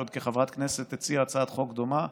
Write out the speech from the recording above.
שעוד כחברת כנסת הציעה הצעת חוק דומה.